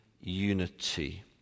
unity